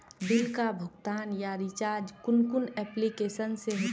Bill का भुगतान या रिचार्ज कुन कुन एप्लिकेशन से होचे?